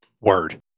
Word